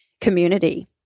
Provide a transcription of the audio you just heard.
community